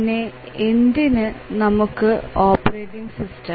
പിന്നെ എന്തിനു നമുക്ക് ഓപ്പറേറ്റിംഗ് സിസ്റ്റം